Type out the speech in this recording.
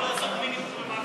או לעשות מינימום ומקסימום?